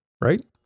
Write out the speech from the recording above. right